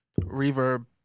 reverb